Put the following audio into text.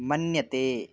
मन्यते